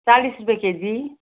चालिस rupee KG